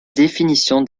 définition